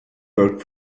worked